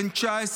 בן 19,